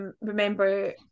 remember